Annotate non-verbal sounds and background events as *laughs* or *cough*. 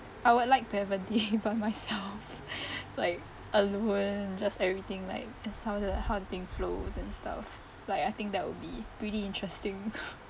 I would like to have a day by myself *laughs* like alone and just everything like it sounded like how thing flows and stuff like I think that would be pretty interesting *laughs*